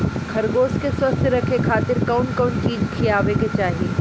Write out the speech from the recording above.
खरगोश के स्वस्थ रखे खातिर कउन कउन चिज खिआवे के चाही?